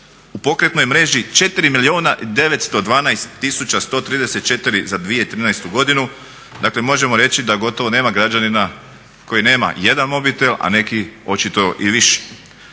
U pokretnoj mreži 4 milijuna i 912 tisuća 134 za 2013. godinu. Dakle, možemo reći da gotovo nema građanina koji nema jedan mobitel, a neki očito i više.